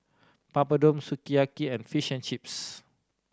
Papadum Sukiyaki and Fish and Chips